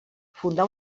fundà